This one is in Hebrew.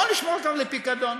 בואו נשמור אותם לפיקדון,